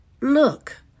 Look